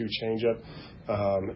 change-up